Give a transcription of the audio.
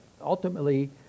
ultimately